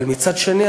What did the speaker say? אבל מצד שני,